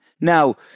Now